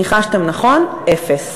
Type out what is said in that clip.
ניחשתם נכון: אפס.